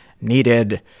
needed